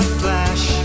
flash